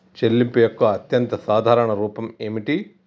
చెల్లింపు యొక్క అత్యంత సాధారణ రూపం ఏమిటి?